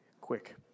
quick